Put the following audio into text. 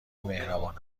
مهربان